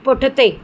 पुठिते